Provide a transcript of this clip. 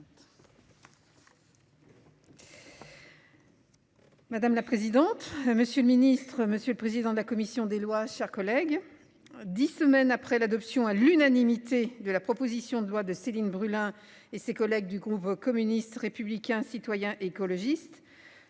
Madame la présidente, monsieur le ministre, monsieur le président de la commission des lois, chers collègues. 10 semaines après l'adoption à l'unanimité de la proposition de loi de Céline Brulin, et ses collègues du groupe communiste, républicain, citoyen et écologiste.